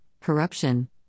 corruption